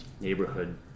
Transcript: neighborhood